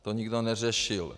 To nikdo neřešil.